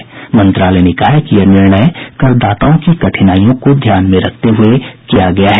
वित्त मंत्रालय ने कहा है कि यह निर्णय करदाताओं की कठिनाईयों को ध्यान में रखते हुए किया गया है